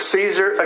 Caesar